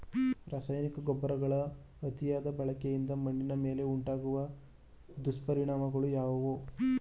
ರಾಸಾಯನಿಕ ಗೊಬ್ಬರಗಳ ಅತಿಯಾದ ಬಳಕೆಯಿಂದ ಮಣ್ಣಿನ ಮೇಲೆ ಉಂಟಾಗುವ ದುಷ್ಪರಿಣಾಮಗಳು ಯಾವುವು?